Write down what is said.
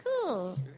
cool